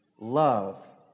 love